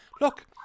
look